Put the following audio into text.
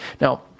now